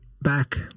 back